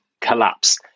collapse